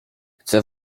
chcę